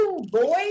boy